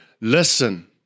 Listen